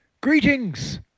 greetings